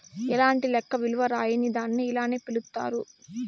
ఎలాంటి లెక్క విలువ రాయని దాన్ని ఇలానే పిలుత్తారు